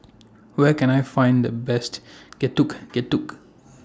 Where Can I Find The Best Getuk Getuk